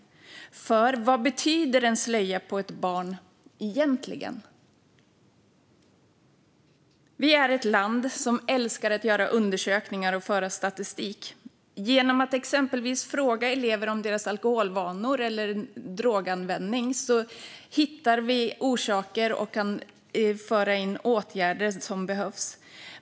För vad betyder en slöja på ett barn egentligen? Vi är ett land som älskar att göra undersökningar och föra statistik. Genom att exempelvis fråga elever om deras alkoholvanor eller droganvändning hittar vi orsaker och kan vidta åtgärder som behövs.